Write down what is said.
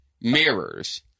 Mirrors